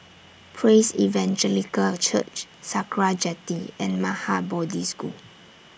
Praise Evangelical Church Sakra Jetty and Maha Bodhi School